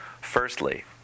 Firstly